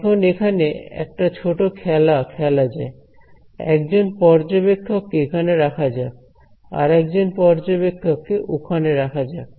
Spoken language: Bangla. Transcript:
এখন এখানে একটা ছোট খেলা খেলা যায় একজন পর্যবেক্ষক কে এখানে রাখা যাক আর একজন পর্যবেক্ষক কে ওখানে রাখা যাক